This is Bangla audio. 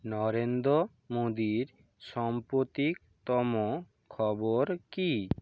নরেন্দ্র মোদীর সাম্প্রতিকতম খবর কী